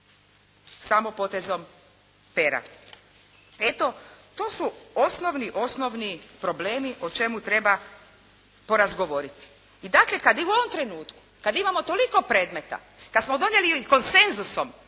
Samo potezom pera. Eto to su osnovni problemi o čemu treba porazgovoriti. I dakle kad i u ovom trenutku kad imamo toliko predmeta, kad smo donijeli konsenzusom